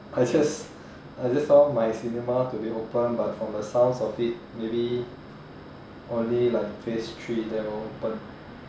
I just I just want my cinema to be opened but from the sounds of it maybe only like phase three then will open